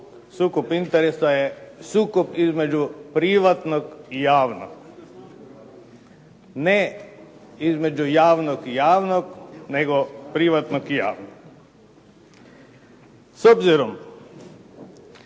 sukob interesa je sukob između privatnog i javnog. Ne između javnog i javnog, nego privatnog i javnog. S obzirom